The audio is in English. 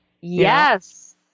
Yes